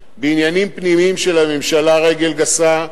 בעניינים פנימיים של הממשלה רגל גסה.